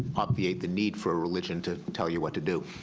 obviate the need for a religion to tell you what to do,